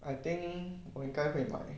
I think 我应该会买的